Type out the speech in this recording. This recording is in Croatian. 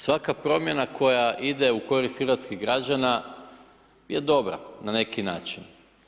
Svaka promjena koja ide u korist hrvatskih građana je dobra na neki način.